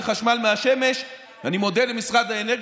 אני מודה למשרד האנרגיה,